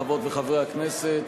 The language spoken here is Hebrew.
חברות וחברי הכנסת,